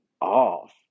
off